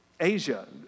Asia